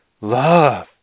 love